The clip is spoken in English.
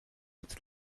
its